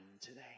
today